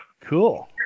cool